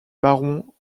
barons